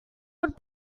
would